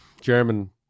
german